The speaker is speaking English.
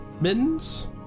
Mittens